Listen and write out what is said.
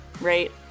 right